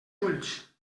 ulls